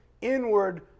inward